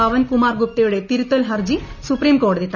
പവൻകുമാർ ഗുപ്തയുടെ തിരുത്തൽ ഹർജി സുപ്രീംകോടതി തള്ളി